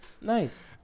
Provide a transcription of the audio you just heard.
Nice